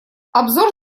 обзор